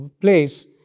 place